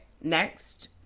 Next